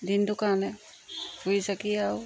দিনটো কাৰণে ফুৰি চাকি আৰু